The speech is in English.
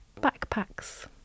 backpacks